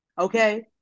Okay